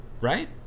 right